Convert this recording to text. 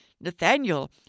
Nathaniel